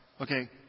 Okay